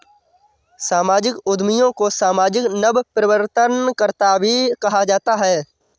सामाजिक उद्यमियों को सामाजिक नवप्रवर्तनकर्त्ता भी कहा जाता है